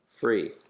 free